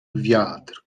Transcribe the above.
wiatr